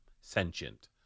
sentient